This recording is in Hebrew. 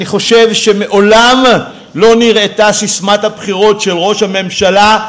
אני חושב שמעולם לא נראתה ססמת הבחירות של ראש הממשלה,